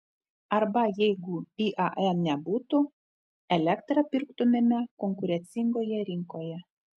arba jeigu iae nebūtų elektrą pirktumėme konkurencingoje rinkoje